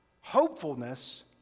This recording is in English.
hopefulness